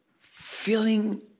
feeling